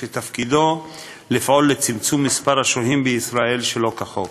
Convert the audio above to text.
שתפקידו לפעול לצמצום מספר השוהים בישראל שלא כחוק,